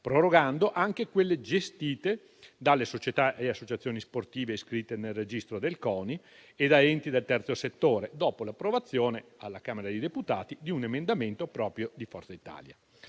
prorogando anche quelle gestite da società e associazioni sportive iscritte nel registro del CONI e da enti del terzo settore, dopo l'approvazione alla Camera dei deputati di un emendamento proprio di Forza Italia.